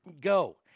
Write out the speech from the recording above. Go